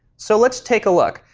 so let's take a look.